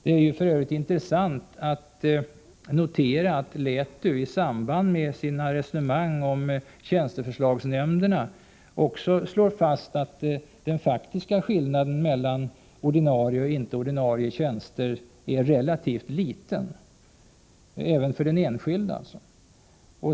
Det är f. ö. intressant att notera att lärartjänstutredningen i samband med sina resonemang om tjänsteförslagshämnderna också slår fast att den faktiska skillnaden mellan ordinarie och icke ordinarie tjänster är relativt liten även för den enskilde.